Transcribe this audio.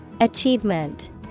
Achievement